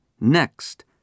next